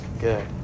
good